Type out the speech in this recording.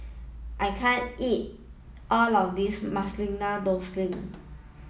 I can't eat all of this Masala Dosa